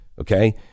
Okay